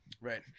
right